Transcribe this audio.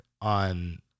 on